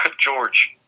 George